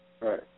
Right